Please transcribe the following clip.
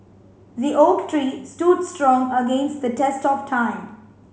the oak tree stood strong against the test of time